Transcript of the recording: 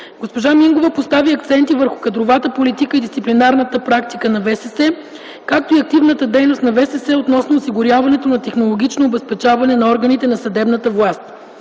Госпожа Мингова постави акценти върху: кадровата политика и дисциплинарната практика на ВСС, както и активната дейност на ВСС относно осигуряването на технологично обезпечаване на органите на съдебната власт.